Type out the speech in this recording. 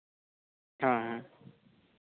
ᱦᱮᱸ ᱦᱮᱸ